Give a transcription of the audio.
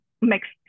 mixed